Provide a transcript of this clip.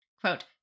quote